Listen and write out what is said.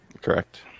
Correct